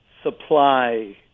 supply